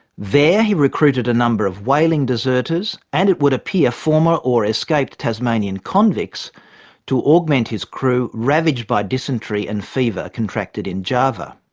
there he recruited a number of whaling deserters and, it would appear, former or escaped tasmanian convicts to augment his crew ravaged by dysentry and fever contracted in java.